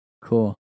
cool